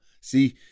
See